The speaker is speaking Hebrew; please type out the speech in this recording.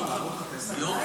אתה יודע מה הוא אומר לי?